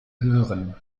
hören